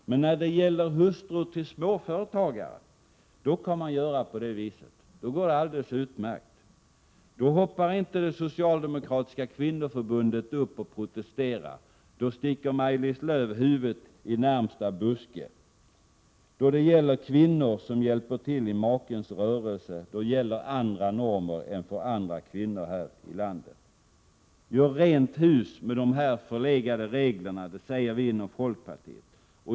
Men när det gäller hustrur till småföretagare, då kan man göra på det viset. Då går det alldeles utmärkt. Då hoppar inte det socialdemokratiska kvinnoförbundet upp och protesterar. Då sticker Maj-Lis Lööw huvudet i närmaste buske. När det handlar om kvinnor som hjälper till i makens rörelse gäller andra normer. Gör rent hus med dessa förlegade regler! säger vi inom folkpartiet.